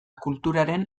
kulturaren